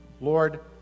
Lord